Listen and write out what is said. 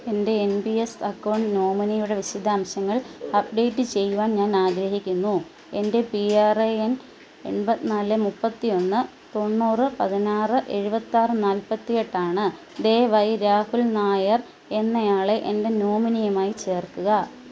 എൻ്റെ N P S account നോമിനിയുടെ വിശദാംശങ്ങൾ അപ്ഡേറ്റ് ചെയ്യുവാൻ ഞാൻ ആഗ്രഹിക്കുന്നു എൻ്റെ പി ആർ എ എൻ എൺപത്തിനാല് മുപ്പത്തിയൊന്ന് തൊണ്ണൂറ് പതിനാറ് എഴുപത്താറ് നാൽപ്പത്തിയെട്ട് ആണ് ദയവായി രാഹുൽ നായർ എന്നയാളെ എൻ്റെ നോമിനിയുമായി ചേർക്കുക